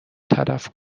تلف